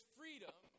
freedom